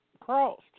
crossed